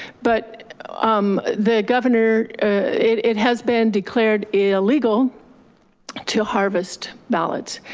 but um the governor it has been declared illegal to harvest ballots,